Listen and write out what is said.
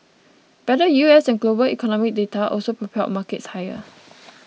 better U S and global economic data also propelled markets higher